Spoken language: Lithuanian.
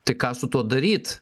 tai ką su tuo daryt